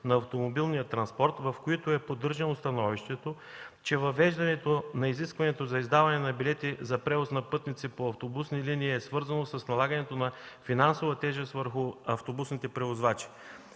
на автомобилния транспорт, в които е поддържано становището, че въвеждането на изискване за издаване на билети за превоз на пътници по автобусни линии е свързано с налагането на финансова тежест върху автобусните превозвачи.